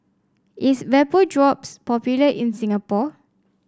is Vapodrops popular in Singapore